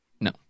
No